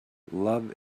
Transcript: love